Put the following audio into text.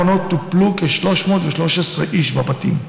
בשנתיים האחרונות טופלו כ-313 איש בבתים.